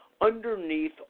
underneath